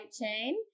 chain